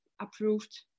approved